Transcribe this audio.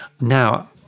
Now